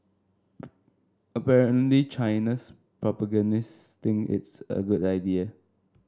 apparently China's propagandists think it's a good idea